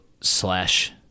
slash